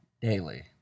daily